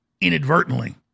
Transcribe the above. inadvertently